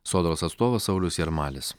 sodros atstovas saulius jarmalis